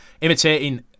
imitating